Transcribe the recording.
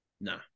Nah